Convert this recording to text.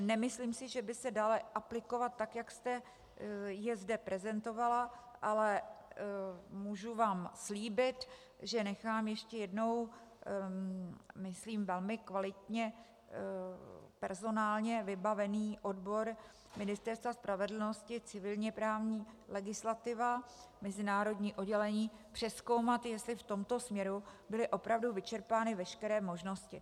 Nemyslím si, že by se dal aplikovat tak, jak jste jej zde prezentovala, ale můžu vám slíbit, že nechám ještě jednou, myslím velmi kvalitně personálně vybavený odbor Ministerstva spravedlnosti civilněprávní legislativa mezinárodní oddělení, přezkoumat, jestli v tomto směru byly vyčerpány opravdu veškeré možnosti.